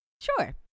sure